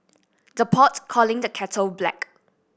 the pot calling the kettle black